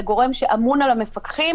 שזה גורם שאמון על המפקחים,